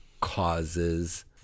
causes